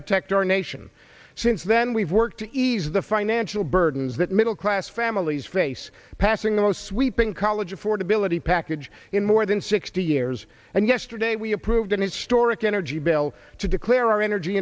protect our nation since then we've worked to ease the financial burdens that middle class families face passing the most sweeping college affordability package in more than sixty years and yesterday we approved an historic energy bill to declare our energy